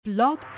Blog